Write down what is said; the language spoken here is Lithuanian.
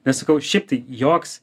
nes sakau šiaip tai joks